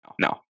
no